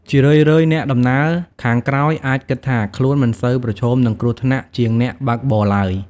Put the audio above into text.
ជារឿយៗ អ្នកដំណើរខាងក្រោយអាចគិតថាខ្លួនមិនសូវប្រឈមនឹងគ្រោះថ្នាក់ជាងអ្នកបើកបរឡើយ។